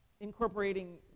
incorporating